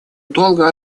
долго